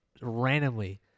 randomly